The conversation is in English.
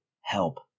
help